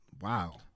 Wow